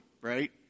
right